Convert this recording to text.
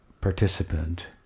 participant